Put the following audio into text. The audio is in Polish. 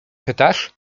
pytasz